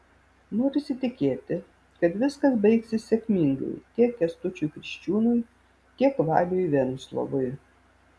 norisi tikėti kad viskas baigsis sėkmingai tiek kęstučiui kriščiūnui tiek valiui venslovui